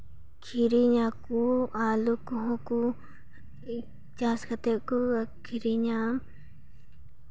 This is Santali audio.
ᱠᱤᱨᱤᱧᱟᱠᱚ ᱟᱹᱞᱩ ᱠᱚᱦᱚᱸ ᱠᱚ ᱪᱟᱥ ᱠᱟᱛᱮᱫ ᱠᱚ ᱟᱹᱠᱷᱨᱤᱧᱟ